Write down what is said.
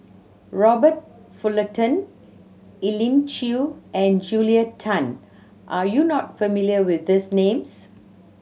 Robert Fullerton Elim Chew and Julia Tan are you not familiar with these names